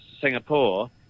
Singapore